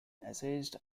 essayist